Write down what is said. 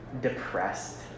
depressed